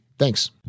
Thanks